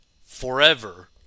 forever